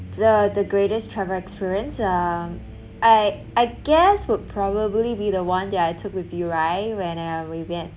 the the greatest travel experience um I I guess would probably be the one that I took with you right when uh we went